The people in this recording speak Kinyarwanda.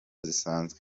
zisanzwe